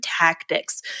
tactics